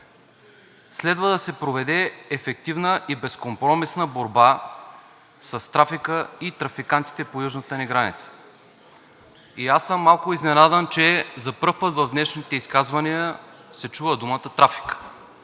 Следва да се проведе ефективна и безкомпромисна борба с трафика и трафикантите по южната ни граница. Аз съм малко изненадан, че за пръв път в днешните изказвания се чува думата трафик.